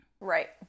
Right